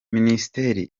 minisiteri